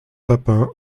papin